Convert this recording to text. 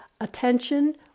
attention